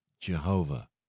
Jehovah